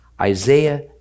Isaiah